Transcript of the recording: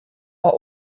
are